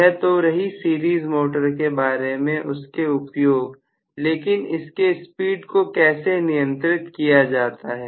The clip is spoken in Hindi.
यह तो रही सीरीज मोटर के बारे में उसके उपयोग लेकिन इसके स्पीड को कैसे नियंत्रित किया जाता है